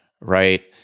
right